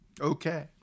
Okay